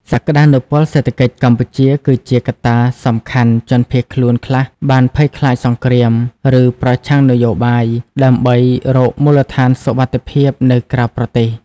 សក្តានុពលសេដ្ឋកិច្ចកម្ពុជាគឺជាកត្តាសំខាន់ជនភៀសខ្លួនខ្លះបានភ័យខ្លាចសង្គ្រាម ឬប្រឆាំងនយោបាយ ដើម្បីរកមូលដ្ឋានសុវត្ថិភាពនៅក្រៅប្រទេស។